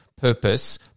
purpose